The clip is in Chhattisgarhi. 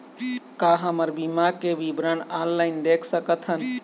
का हमर बीमा के विवरण ऑनलाइन देख सकथन?